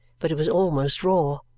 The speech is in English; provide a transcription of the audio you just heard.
but it was almost raw.